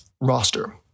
roster